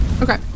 Okay